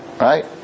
right